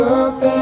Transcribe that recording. up